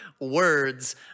words